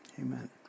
Amen